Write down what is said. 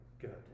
good